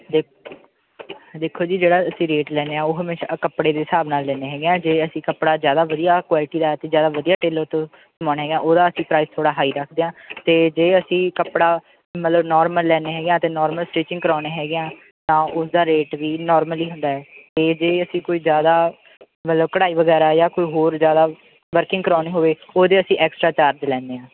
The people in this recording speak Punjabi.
ਦੇ ਦੇਖੋ ਜੀ ਜਿਹੜਾ ਅਸੀਂ ਰੇਟ ਲੈਂਦੇ ਹਾਂ ਉਹ ਹਮੇਸ਼ਾ ਕੱਪੜੇ ਦੇ ਹਿਸਾਬ ਨਾਲ ਲੈਂਦੇ ਹੈਗੇ ਹਾਂ ਜੇ ਅਸੀਂ ਕੱਪੜਾ ਜ਼ਿਆਦਾ ਵਧੀਆ ਕੁਆਲਿਟੀ ਦਾ ਅਤੇ ਜ਼ਿਆਦਾ ਵਧੀਆ ਟੇਲਰ ਤੋਂ ਸਵਾਉਣਾ ਹੈਗਾ ਉਹਦਾ ਅਸੀਂ ਪ੍ਰਾਈਜ਼ ਥੋੜ੍ਹਾ ਹਾਈ ਰੱਖਦੇ ਹਾਂ ਅਤੇ ਜੇ ਅਸੀਂ ਕੱਪੜਾ ਮਤਲਬ ਨੋਰਮਲ ਲੈਂਦੇ ਹੈਗੇ ਆ ਅਤੇ ਨੋਰਮਲ ਸਟੀਚਿੰਗ ਕਰਾਉਂਦੇ ਹੈਗੇ ਹਾਂ ਤਾਂ ਉਸ ਦਾ ਰੇਟ ਵੀ ਨੋਰਮਲ ਹੀ ਹੁੰਦਾ ਹੈ ਅਤੇ ਜੇ ਅਸੀਂ ਕੋਈ ਜ਼ਿਆਦਾ ਮਤਲਬ ਕਢਾਈ ਵਗੈਰਾ ਜਾਂ ਕੋਈ ਹੋਰ ਜ਼ਿਆਦਾ ਵਰਕਿੰਗ ਕਰਾਉਣੀ ਹੋਵੇ ਉਹਦੇ ਅਸੀਂ ਐਕਸਟਰਾ ਚਾਰਜ ਲੈਂਦੇ ਹਾਂ